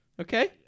Okay